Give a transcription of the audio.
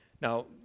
Now